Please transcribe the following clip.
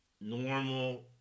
normal